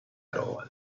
eroe